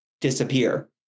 disappear